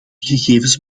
gegevens